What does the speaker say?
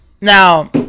Now